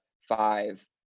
five